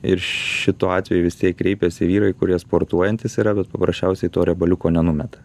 ir šituo atveju vis tiek kreipiasi vyrai kurie sportuojantys yra bet paprasčiausiai to riebaliuko nenumeta